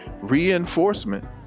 reinforcement